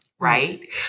Right